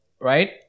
right